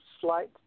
slight